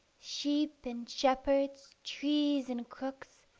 sheep and shepherds, trees and crooks,